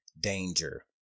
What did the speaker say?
danger